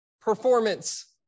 performance